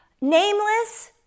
nameless